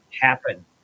happen